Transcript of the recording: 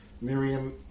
Miriam